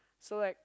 so like